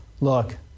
Look